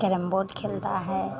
carrom board खेलता है